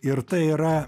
ir tai yra